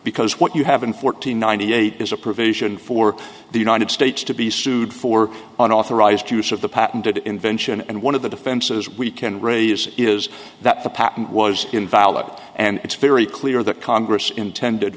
because what you have in fourteen ninety eight is a provision for the united states to be sued for an authorized use of the patented invention and one of the defenses we can raise is that the patent was invalid and it's very clear that congress intended